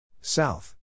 South